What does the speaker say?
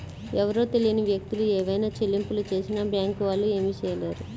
ఎవరో తెలియని వ్యక్తులు ఏవైనా చెల్లింపులు చేసినా బ్యేంకు వాళ్ళు ఏమీ చేయలేరు